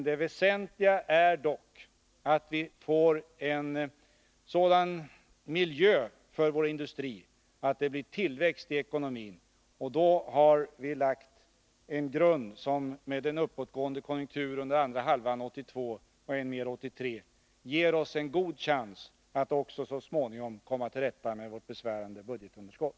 Det väsentliga är dock att vi får en sådan miljö för vår industri att det blir tillväxt i ekonomin. För detta har vi lagt en grund som, med en uppåtgående konjunktur under andra halvan av 1982 och än mer under 1983, ger oss en god chans att så småningom också komma till rätta med vårt besvärande budgetunderskott.